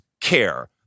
care